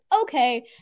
okay